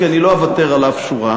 כי אני לא אוותר על אף שורה,